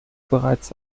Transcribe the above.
bereits